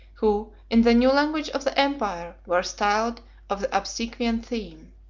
who, in the new language of the empire, were styled of the obsequian theme.